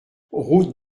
route